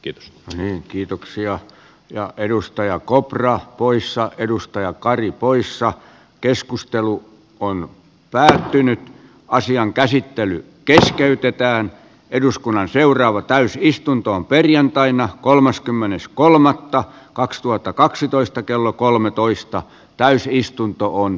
kiitos näin kiitoksia ja edustaja kopra poissa edustaja kari poissa keskustelu panna pää tyyny asian käsittely keskeytetään eduskunnan seuraava täysi istuntoon perjantaina kolmaskymmenes kolmannetta kaksituhattakaksitoista kello kolmetoista täysistuntoon